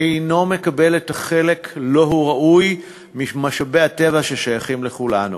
אינו מקבל את החלק שהוא ראוי לו ממשאבי הטבע השייכים לכולנו.